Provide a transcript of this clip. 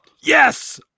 Yes